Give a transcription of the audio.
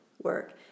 Work